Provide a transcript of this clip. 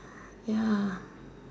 ya